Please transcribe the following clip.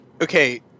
okay